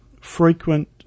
frequent